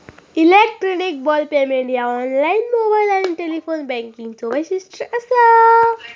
electronic bill payment ह्या online, mobile आणि telephone बँकिंगचो वैशिष्ट्य असा